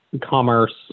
commerce